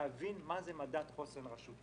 צריכים להבין מה זה מדד חוסן רשותי.